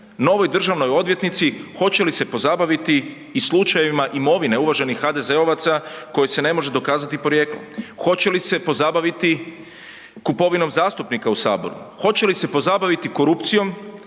novoj državnoj odvjetnici, hoće li se pozabaviti i slučajevima imovine uvaženih HDZ-ovaca kojoj se ne može dokazati porijeklo? Hoće li se pozabaviti kupovinom zastupnika u Saboru? Hoće li se pozabaviti korupcijom